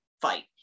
fight